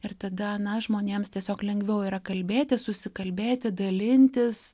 ir tada na žmonėms tiesiog lengviau yra kalbėtis susikalbėti dalintis